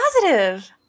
Positive